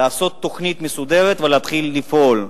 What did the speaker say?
לעשות תוכנית מסודרת ולהתחיל לפעול.